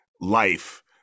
life